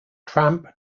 tramp